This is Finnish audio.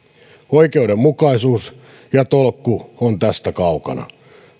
oikeudenmukaisuus ja tolkku on tästä kaukana